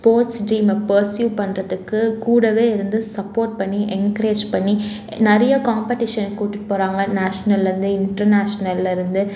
sports ட்ரீமை perceive பண்ணுறதுக்கு கூடவே இருந்து சப்போர்ட் பண்ணி என்கரேஜ் பண்ணி நிறைய காம்படீஷன் கூட்டிகிட்டு போகறாங்க நேஷ்னல்லருந்து இன்டர்நேஷ்னல்லருந்து